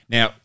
Now